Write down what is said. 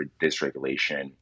dysregulation